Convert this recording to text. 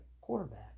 quarterback